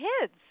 kids